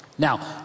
Now